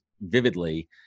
vividly